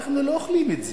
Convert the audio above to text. אנחנו לא אוכלים את זה,